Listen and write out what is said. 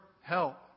help